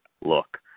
look